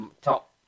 top